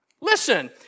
Listen